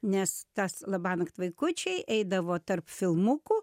nes tas labanakt vaikučiai eidavo tarp filmukų